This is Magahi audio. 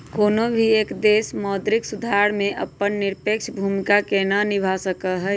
कौनो भी एक देश मौद्रिक सुधार में अपन निरपेक्ष भूमिका के ना निभा सका हई